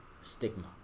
stigma